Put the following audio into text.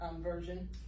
version